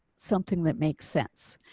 something that makes sense.